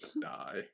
die